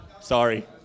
Sorry